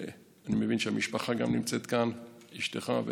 אני מבין שגם המשפחה נמצאת כאן, אשתך.